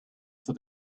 for